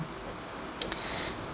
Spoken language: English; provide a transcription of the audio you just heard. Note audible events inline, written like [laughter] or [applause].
[noise]